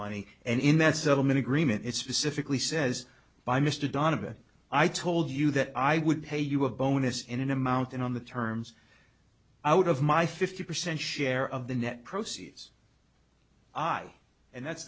money and in that settlement agreement it specifically says by mr donovan i told you that i would pay you a bonus in an amount and on the terms out of my fifty percent share of the net proceeds i and that's